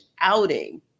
outing